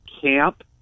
camp